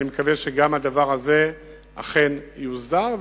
אני מקווה שגם הדבר הזה אכן יוסדר,